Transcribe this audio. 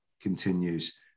continues